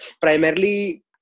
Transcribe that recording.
primarily